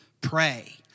pray